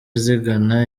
zigana